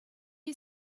you